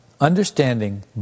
Understanding